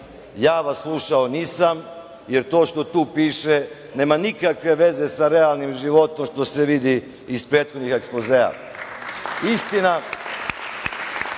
Ja vas slušao nisam, jer to što tu piše nema nikakve veze sa realnim životom, a što se vidi iz prethodnih ekspozea. Istina,